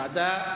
ועדה.